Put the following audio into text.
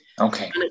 Okay